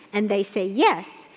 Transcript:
and they say yes.